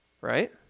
Right